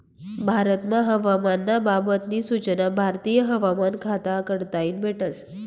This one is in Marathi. भारतमा हवामान ना बाबत नी सूचना भारतीय हवामान खाता कडताईन भेटस